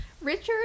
Richard